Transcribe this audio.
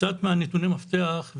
קצת מנתוני מפתח,